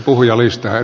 puhujalistaan